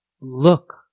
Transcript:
look